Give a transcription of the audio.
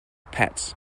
pets